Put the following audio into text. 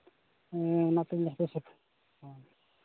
ᱚᱱᱟᱛᱮᱧ ᱢᱮᱥᱮᱡᱽ ᱠᱮᱫᱟ ᱦᱮᱸ